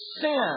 sin